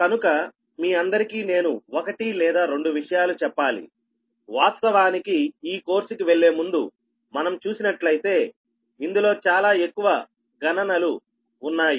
కనుక మీ అందరికీ నేను 1 లేదా 2 విషయాలు చెప్పాలి వాస్తవానికి ఈ కోర్సుకి వెళ్లే ముందుమనం చూసినట్లయితే ఇందులో చాలా ఎక్కువ గణనలు ఉన్నాయి